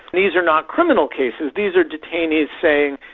these are not criminal cases, these are detainees saying,